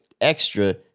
extra